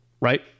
right